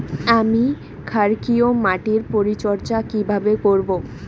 আমি ক্ষারকীয় মাটির পরিচর্যা কিভাবে করব?